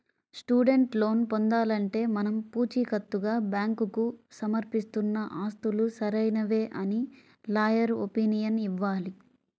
student loan పొందాలంటే మనం పుచీకత్తుగా బ్యాంకుకు సమర్పిస్తున్న ఆస్తులు సరైనవే అని లాయర్ ఒపీనియన్ ఇవ్వాలి